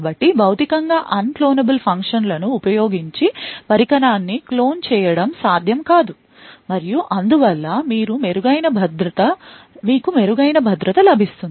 కాబట్టి భౌతికంగా అన్క్లోనబుల్ ఫంక్షన్లను ఉపయోగించి పరికరాన్ని క్లోన్ చేయడం సాధ్యం కాదు మరియు అందువల్ల మీకు మెరుగైన భద్రత లభిస్తుంది